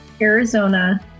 arizona